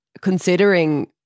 considering